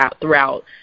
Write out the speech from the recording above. throughout